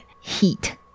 heat